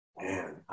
Man